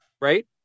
right